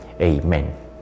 Amen